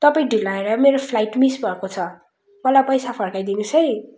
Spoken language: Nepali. तपाईँ ढिलो आएर मेरो फ्लाइट मिस भएको छ मलाई पैसा फर्काइदिनु होस् है